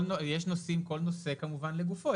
כל נושא לגופו.